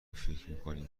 فکرمیکنیم